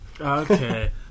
Okay